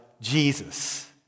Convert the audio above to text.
Jesus